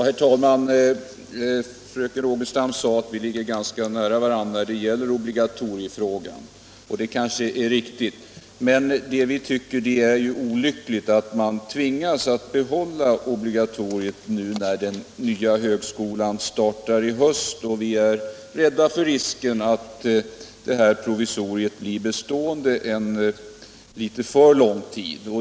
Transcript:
Herr talman! Fröken Rogestam sade att vi ligger ganska nära varandra i obligatoriefrågan, och det kanske är riktigt. Men vi tycker att det är olyckligt att man tvingas att behålla obligatoriet när den nya högskolan startar i höst, och vi är rädda för att detta provisorium blir bestående litet för lång tid.